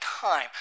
time